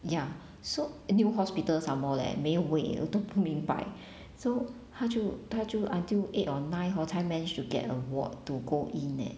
ya so eh new hospital somemore leh 没有位我都不明白 so 她就她就 until eight or nine hor 才 managed to get a ward to go in eh